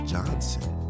Johnson